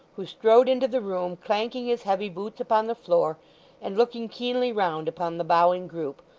who strode into the room clanking his heavy boots upon the floor and looking keenly round upon the bowing group,